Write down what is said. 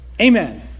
amen